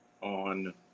on